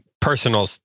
personal